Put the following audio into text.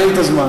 קחי את הזמן.